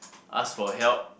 ask for help